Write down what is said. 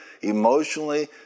emotionally